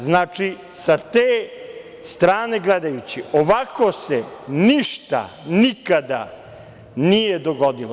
Znači, sa te strane gledajući, ovako se ništa, nikada nije dogodilo.